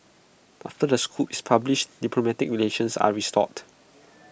after the scoop is published diplomatic relations are restored